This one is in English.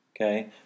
Okay